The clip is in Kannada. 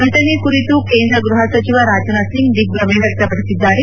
ಘಟನೆ ಕುರಿತು ಕೇಂದ್ರ ಗೃಹ ಸಚಿವ ರಾಜನಾಥ್ ಸಿಂಗ್ ದಿಗ್ಗಮೆ ವ್ಯಕ್ತಪಡಿಸಿದ್ದಾರೆ